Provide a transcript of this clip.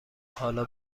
حالا